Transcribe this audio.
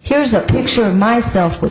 here's a picture of myself with